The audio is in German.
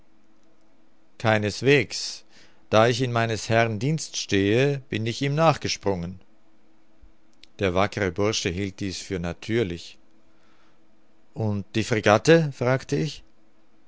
keineswegs da ich in meines herrn dienst stehe bin ich ihm nachgesprungen der wackere bursche hielt dies für natürlich und die fregatte fragte ich